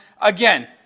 Again